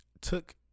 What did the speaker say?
took